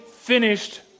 finished